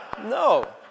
No